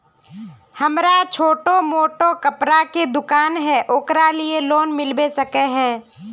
हमरा छोटो मोटा कपड़ा के दुकान है ओकरा लिए लोन मिलबे सके है?